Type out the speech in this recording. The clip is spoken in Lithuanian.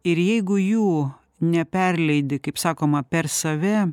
ir jeigu jų neperleidi kaip sakoma per save